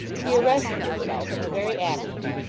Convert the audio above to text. he arrested himself in the very action,